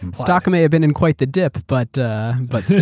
um stock may have been in quite the dip, but but still.